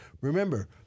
remember